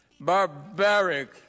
barbaric